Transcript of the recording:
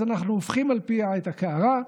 אז אנחנו הופכים על פיה את הקערה,